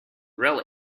really